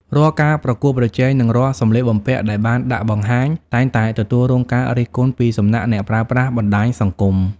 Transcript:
រាល់ការប្រកួតប្រជែងនិងរាល់សម្លៀកបំពាក់ដែលបានដាក់បង្ហាញ តែងតែទទួលរងការរិះគន់ពីសំណាក់អ្នកប្រើប្រាស់បណ្តាញសង្គម។